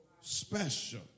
special